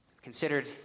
Considered